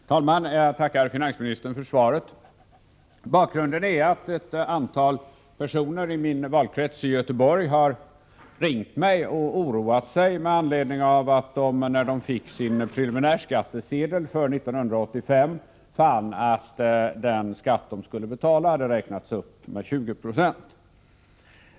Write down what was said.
Herr talman! Jag tackar finansministern för svaret. Bakgrunden till min fråga är att ett antal personer i min valkrets i Göteborg har ringt mig och varit oroade med anledning av att de, när de fick sin preliminärskattesedel för 1985, fann att den skatt de skulle betala hade räknats upp med 20 96.